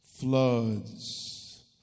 floods